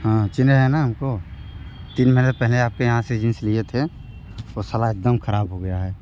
हाँ चिन्हे है न हमको तीन महीने पहले आपके यहाँ से जींस लिए थे वह साला एकदम ख़राब हो गया है